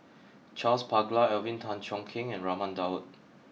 Charles Paglar Alvin Tan Cheong Kheng and Raman Daud